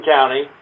County